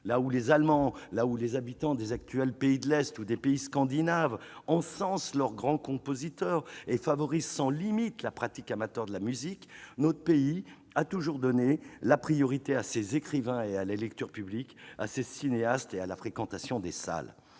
Là où les Allemands, les habitants des ex-pays de l'Est et ceux des pays scandinaves encensent leurs grands compositeurs et favorisent sans limites la pratique amateur de la musique, notre pays a toujours donné la priorité à ses écrivains et à la lecture publique, à ses cinéastes et à la fréquentation des salles.